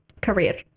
career